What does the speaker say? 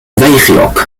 feichiog